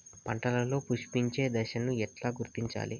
పంటలలో పుష్పించే దశను ఎట్లా గుర్తించాలి?